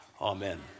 Amen